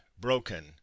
broken